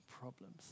problems